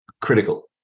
critical